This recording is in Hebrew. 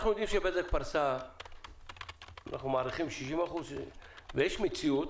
אנחנו יודעים שבזק פרסה כ-60% ויש מציאות